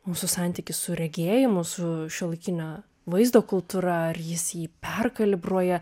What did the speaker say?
mūsų santykį su regėjimu su šiuolaikinio vaizdo kultūra ar jis jį perkalibruoja